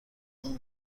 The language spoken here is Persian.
اون